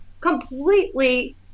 completely